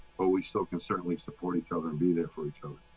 but we still could certainly support each other. be there for each other